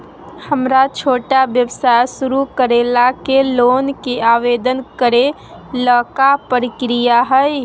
हमरा छोटा व्यवसाय शुरू करे ला के लोन के आवेदन करे ल का प्रक्रिया हई?